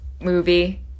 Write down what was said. movie